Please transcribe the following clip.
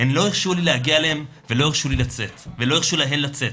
הם לא הרשו לי להגיע אליהן ולא הרשו להן לצאת.